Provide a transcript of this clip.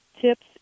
tips